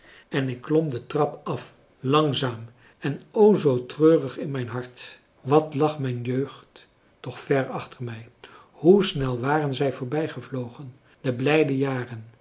en ik klom de trap af langzaam en o zoo treurig in mijn hart wat lag mijn jeugd toch ver achter mij hoe snel waren zij voorbijgevlogen de blijde jaren